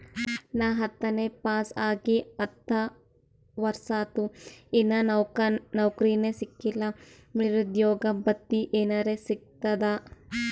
ನಾ ಹತ್ತನೇ ಪಾಸ್ ಆಗಿ ಹತ್ತ ವರ್ಸಾತು, ಇನ್ನಾ ನೌಕ್ರಿನೆ ಸಿಕಿಲ್ಲ, ನಿರುದ್ಯೋಗ ಭತ್ತಿ ಎನೆರೆ ಸಿಗ್ತದಾ?